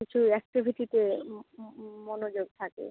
কিছু অ্যাক্টিভিটিতে মনোযোগ থাকে